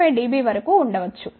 5 dB వరకు ఉండ వచ్చు